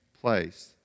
place